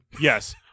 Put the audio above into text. Yes